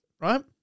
Right